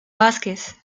vázquez